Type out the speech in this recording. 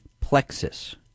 Plexus